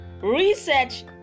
research